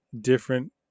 different